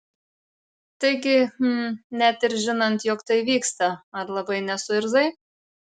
taigi hm net ir žinant jog tai vyksta ar labai nesuirzai